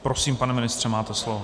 Prosím, pane ministře, máte slovo.